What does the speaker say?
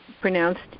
pronounced